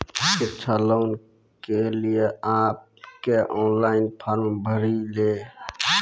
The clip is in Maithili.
शिक्षा लोन के लिए आप के ऑनलाइन फॉर्म भरी ले?